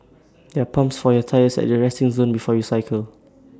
there are pumps for your tyres at the resting zone before you cycle